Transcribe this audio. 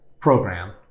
program